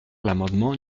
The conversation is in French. l’amendement